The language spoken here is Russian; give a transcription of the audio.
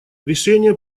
решения